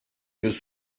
his